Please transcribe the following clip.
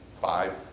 Five